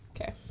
Okay